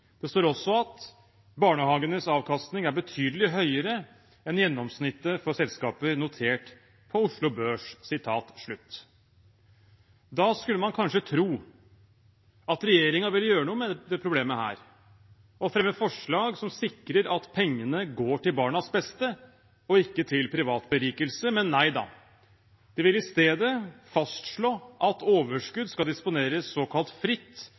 Det står også: «Barnehagenes avkastning er betydelig høyere enn gjennomsnittet for selskaper notert på Oslo børs.» Da skulle man kanskje tro at regjeringen ville gjøre noe med dette problemet og fremme forslag som sikrer at pengene går til barnas beste og ikke til privat berikelse – men nei, da. De vil i stedet fastslå at overskudd skal disponeres såkalt fritt